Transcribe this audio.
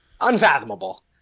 unfathomable